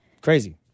Crazy